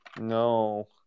No